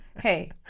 hey